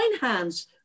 hands